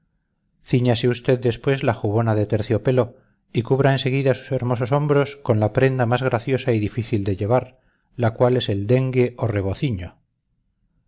plata cíñase usted después la jubona de terciopelo y cubra en seguida sus hermosos hombros con la prenda más graciosa y difícil de llevar cual es el dengue o